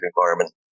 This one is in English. environment